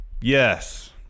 yes